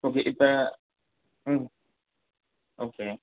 okay இப்போ okay